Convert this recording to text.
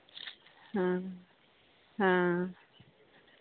ᱦᱮᱸ ᱦᱮᱸ